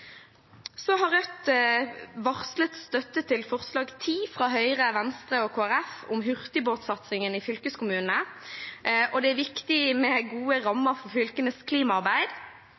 har varslet støtte til forslag nr. 10, fra Høyre, Venstre og Kristelig Folkeparti, om hurtigbåtsatsingen i fylkeskommunene. Det er viktig med gode rammer for fylkenes klimaarbeid,